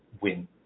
win